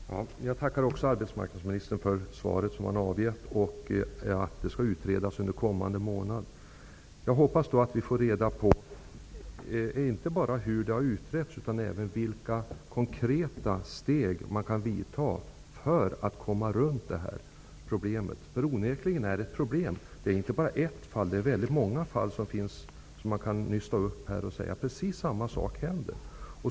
Herr talman! Jag tackar också arbetsmarknadsministern för det avgivna svaret att ärendet skall utredas under kommande månad. Jag hoppas då att vi inte bara får reda på hur det har utretts utan också vilka konkreta åtgärder man kan vidta för att komma runt detta problem, därför att det är onekligen ett problem. Det är inte bara fråga om ett fall, utan man kan nysta upp många fall där precis samma sak händer.